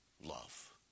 love